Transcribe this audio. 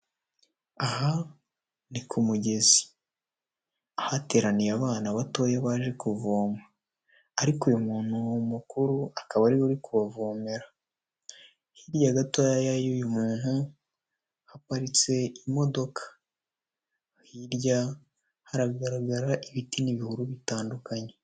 Aha ni ku mugezi ahateraniye abana batoya baje kuvoma, ariko uyu muntu mukuru akaba ari we uri kubavomera, hirya gatoya y'uyu muntu haparitse imodoka, hirya haragaragara ibiti n'ibihuru bitandukanye.